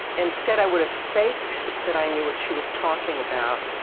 instead, i would have faked that i knew what she was talking about,